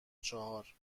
چهار